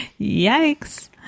Yikes